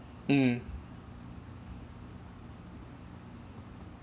mm